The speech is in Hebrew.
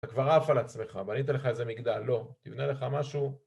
אתה כבר עף על עצמך, בנית לך איזה מגדל. לא. תבנה לך משהו